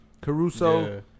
Caruso